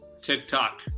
TikTok